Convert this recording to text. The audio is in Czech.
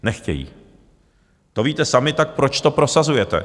Nechtějí, to víte sami, tak proč to prosazujete?